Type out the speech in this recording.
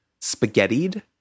spaghettied